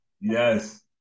Yes